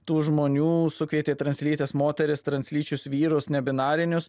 tų žmonių sukvietė translytes moteris translyčius vyrus nebinarinius